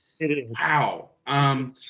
wow